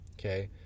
okay